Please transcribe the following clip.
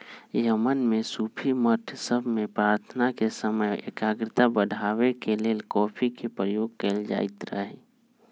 Yemen में सूफी मठ सभ में प्रार्थना के समय एकाग्रता बढ़ाबे के लेल कॉफी के प्रयोग कएल जाइत रहै